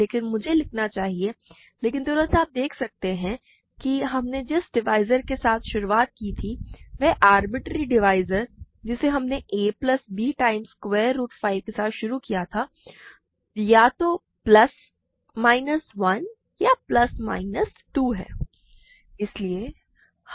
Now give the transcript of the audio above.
लेकिन मुझे लिखना चाहिए लेकिन तुरंत आप देख सकते हैं कि हमने जिस डिवाइज़र के साथ शुरुआत की थी वह आरबिटरेरी डिवाइज़र जिसे हमने a plus b times square root minus 5 के साथ शुरू किया है या तो प्लस माइनस 1 या प्लस माइनस 2 है